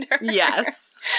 yes